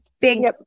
big